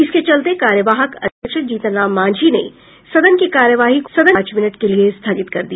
इसके चलते कार्यवाहक अध्यक्ष जीतन राम मांझी ने सदन की कार्यवाही को पांच मिनट के लिये स्थगित कर दिया